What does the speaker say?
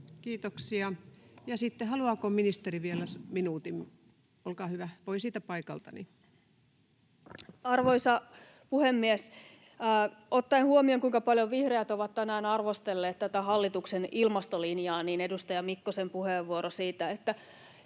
Sitten haluaako ministeri vielä minuutin, olkaa hyvä, voi siitä paikalta puhua. Arvoisa puhemies! Ottaen huomioon, kuinka paljon vihreät ovat tänään arvostelleet tätä hallituksen ilmastolinjaa, edustaja Mikkosen puheenvuoro siitä, että